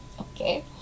okay